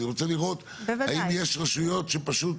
אני רוצה לראות האם יש רשויות שפשוט